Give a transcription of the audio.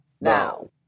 now